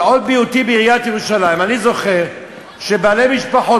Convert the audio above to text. אבל אני זוכר שעוד בהיותי בעיריית ירושלים בעלי משפחות